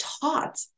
taught